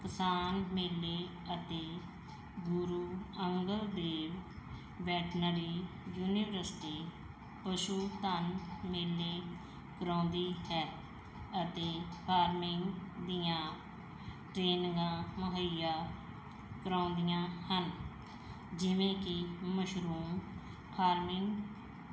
ਕਿਸਾਨ ਮੇਲੇ ਅਤੇ ਗੁਰੂ ਅੰਗਦ ਦੇਵ ਵੈਟਨਰੀ ਯੂਨੀਵਰਸਿਟੀ ਪਸ਼ੂ ਧਨ ਮੇਲੇ ਕਰਾਉਂਦੀ ਹੈ ਅਤੇ ਫਾਰਮਿੰਗ ਦੀਆਂ ਟਰੇਨਿੰਗਾਂ ਮੁਹੱਈਆ ਕਰਾਉਂਦੀਆਂ ਹਨ ਜਿਵੇਂ ਕਿ ਮਸ਼ਰੂਮ ਫਾਰਮਿੰਗ